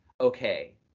okay